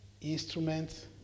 instruments